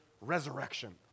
resurrection